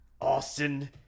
Austin